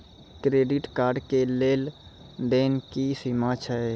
Credit card के लेन देन के की सीमा छै?